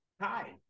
hi